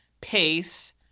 pace